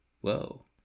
Whoa